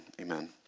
amen